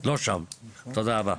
תודה רבה.